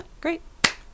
Great